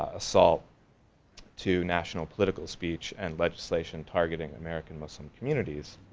assault to national political speech and legislation targeting american muslim communities.